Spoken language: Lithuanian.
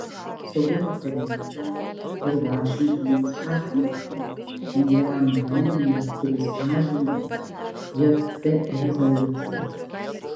saugumo taryba ir vašingtonas pasmerkė pchenjano bandymą kuris pažeidė jt rezoliucijas